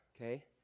okay